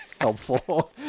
helpful